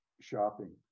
shopping